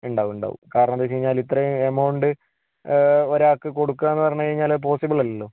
ഉണ്ടാകും ഉണ്ടാകും കാരണമെന്തെന്നു വെച്ചു കഴിഞ്ഞാല് ഇത്രയും എമൗണ്ട് ഒരാൾക്ക് കൊടുക്കുക്കാന്നു പറഞ്ഞു കഴിഞ്ഞാൽ അത് പോസ്സിബിൾ അല്ലല്ലോ